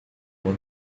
uma